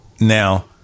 Now